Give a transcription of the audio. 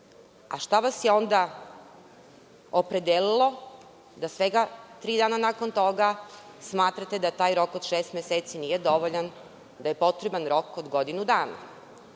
a šta vas je onda opredelilo da svega tri dana nakon toga smatrate da taj rok od šest meseci nije dovoljan, da je potreban rok od godinu